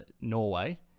Norway